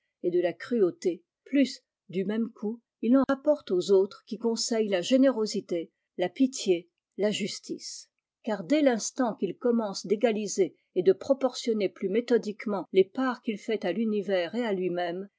et de la cruauté plus du même coup il en apporte aux autres qui conseillent la générosité la pitié la justice car dès l'instant qu il commence d'égaliser et de proportionner plus méthodiquement les parts qu'il fait à l'univers et à lui-même